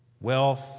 Wealth